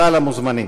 כלל המוזמנים,